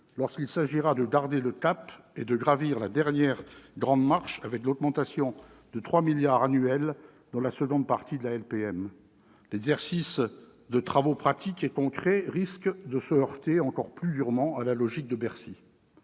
lorsqu'il s'agira de garder le cap et de gravir la dernière grande marche avec l'augmentation de 3 milliards d'euros annuels dans la seconde partie de la loi de programmation militaire. L'exercice de travaux pratiques et concrets risque de se heurter encore plus durement à la logique de Bercy.